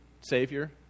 Savior